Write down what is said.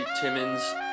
Timmons